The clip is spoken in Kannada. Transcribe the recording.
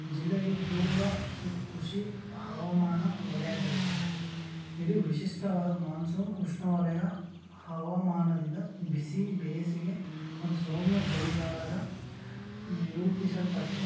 ಜಿಲ್ಲೆಯು ಪೂರ್ವ ಶ್ರಕ್ ಕೃಷಿ ಹವಾಮಾನ ವಲಯದಲ್ಲಿದೆ ಇದು ವಿಶಿಷ್ಟವಾದ ಮಾನ್ಸೂನ್ ಉಷ್ಣವಲಯ ಹವಾಮಾನದಿಂದ ಬಿಸಿ ಬೇಸಿಗೆ ಮತ್ತು ಸೌಮ್ಯ ಚಳಿಗಾಲದ ನಿರೂಪಿಸಲ್ಪಟ್ಟಿದೆ